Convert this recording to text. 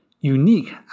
unique